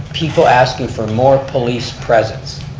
people asking for more police presence.